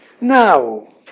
Now